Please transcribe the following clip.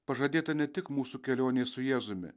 pažadėta ne tik mūsų kelionė su jėzumi